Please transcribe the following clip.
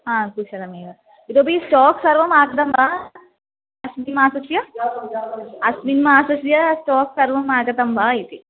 हा कुशलमेव इतोपि स्टाक् सर्वम् आगतं वा अस्मिन् मासस्य अस्मिन् मासस्य स्टाक् सर्वम् आगतं वा इति